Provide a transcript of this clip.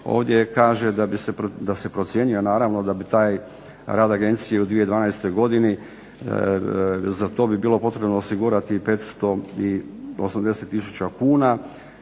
ovdje kaže da se procjenjuje naravno da bi taj rad agencije u 2012. godini za to bi bilo potrebno osigurati 580 tisuća